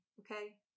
okay